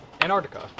Antarctica